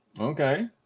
okay